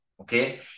Okay